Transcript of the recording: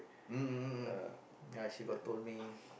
mm ya she got told me